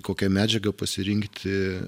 kokią medžiagą pasirinkti